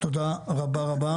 תודה רבה.